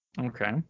okay